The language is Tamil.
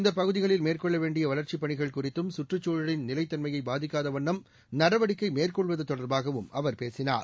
இந்தப் பகுதிகளில் மேற்கொள்ள வேண்டிய வளர்ச்சி பணிகள் குறித்தும் நிலைத்தன்மையைப் பாதிக்காத வண்ணம் நடவடிக்கை மேற்கொள்வது தொடர்பாகவும் அவர் பேசினார்